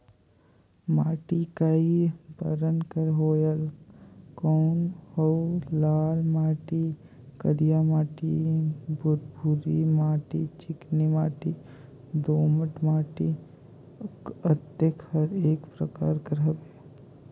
माटी कये बरन के होयल कौन अउ लाल माटी, करिया माटी, भुरभुरी माटी, चिकनी माटी, दोमट माटी, अतेक हर एकर प्रकार हवे का?